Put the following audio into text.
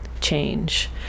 change